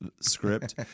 script